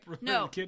No